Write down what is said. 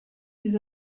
des